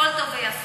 הכול טוב ויפה,